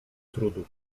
trudu